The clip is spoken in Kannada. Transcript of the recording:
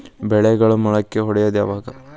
ಬೆಳೆಗಳು ಮೊಳಕೆ ಒಡಿಯೋದ್ ಯಾವಾಗ್?